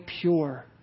pure